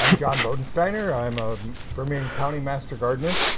um john bodensteiner. i am ah vermillion county master gardener.